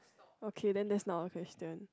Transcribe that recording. okay then that's not a question